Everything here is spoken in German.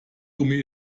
gummi